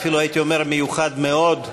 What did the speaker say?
הייתי אומר מיוחד מאוד,